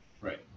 Right